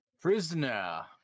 Prisoner